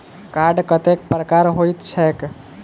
Card कतेक प्रकारक होइत छैक?